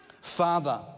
Father